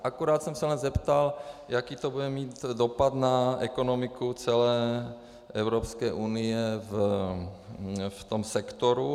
Akorát jsem se zeptal, jaký to bude mít dopad na ekonomiku celé Evropské unie v tom sektoru.